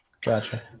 Gotcha